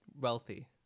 wealthy